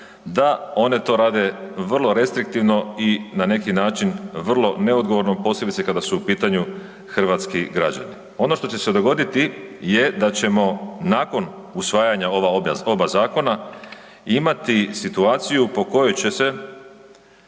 da one to rade vrlo restriktivno i na neki način vrlo neodgovorno, posebice kada su u pitanju hrvatski građani. Ono što će se dogoditi je da ćemo nakon usvajanja ova oba zakona imati situaciju po kojoj će se